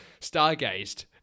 stargazed